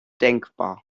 denkbar